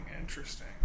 interesting